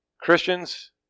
Christians